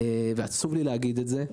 עצוב לי להגיד את זה,